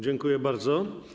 Dziękuję bardzo.